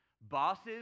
Bosses